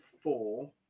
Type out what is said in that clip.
four